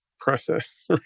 process